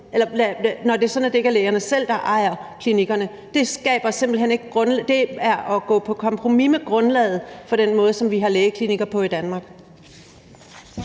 at det ikke er lægerne selv, der ejer klinikkerne. Det er at gå på kompromis med grundlaget for den måde, som vi har lægeklinikker på i Danmark.